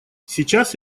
сейчас